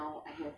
ya lah